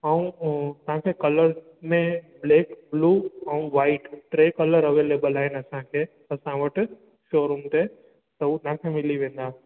ऐं तव्हां खे कलर में ब्लैक ब्लू ऐं वाईट टे कलर अवेलेबिल आहिनि असां खे असां वटि शो रूम ते उहा तव्हां खे मिली वेंदा